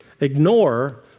Ignore